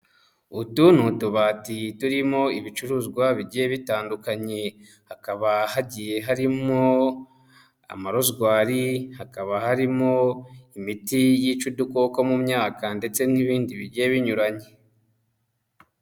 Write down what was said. Utu n'ubati turimo ibicuruzwa bigiye bitandukanye; hakaba hagiye harimo amarozwari, hakaba harimo imiti yica udukoko mu myaka ndetse n'ibindi bigiye binyuranye.